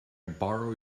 borrow